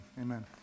amen